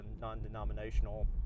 non-denominational